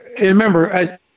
remember